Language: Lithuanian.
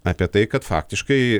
apie tai kad faktiškai